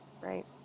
right